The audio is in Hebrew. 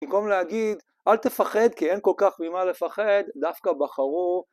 במקום להגיד אל תפחד כי אין כל כך ממה לפחד דווקא בחרו